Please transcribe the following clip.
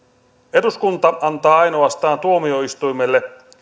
eduskunta antaa tuomioistuimelle ainoastaan